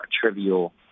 trivial